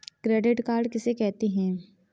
Credit card किसे कहते हैं?